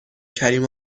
کریم